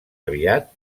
aviat